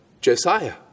Josiah